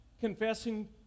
confessing